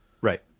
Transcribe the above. right